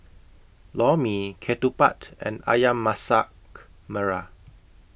Lor Mee Ketupat and Ayam Masak Merah